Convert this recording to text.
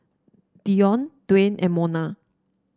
Dionne Dwaine and Monna